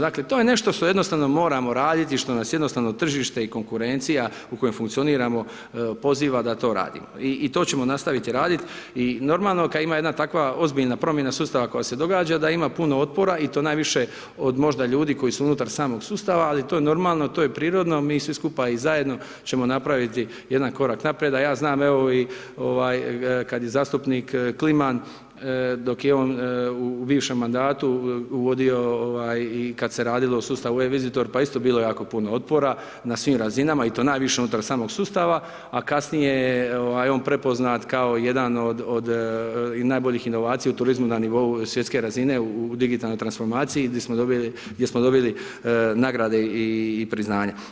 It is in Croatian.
Dakle, to je nešto što jednostavno moramo radit, što nas jednostavno tržište i konkurencija u kojoj funkcioniramo poziva da to radimo i to ćemo nastaviti radit i normalno kad ima jedna takva ozbiljna promjena sustava koja se događa, da ima puno otpora i to najviše od možda ljudi koji su unutar samog sustava, ali to je normalno, to je prirodno, mi svi skupa i zajedno ćemo napraviti jedan korak naprijed, a ja znam, evo i kad je zastupnik Kliman, dok je on u bivšem mandatu, uvodio i kad se radilo u sustavu e-Visitor pa je isto bilo jako puno otpora na svim razinama, i to najviše unutar samog sustava, a kasnije je on prepoznat kao jedan od najboljih inovacija u turizmu na nivou svjetske razine u digitalnoj transformaciji i gdje smo dobili nagrade i priznanja.